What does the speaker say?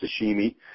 sashimi